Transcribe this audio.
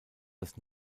das